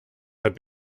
had